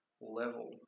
level